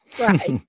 Right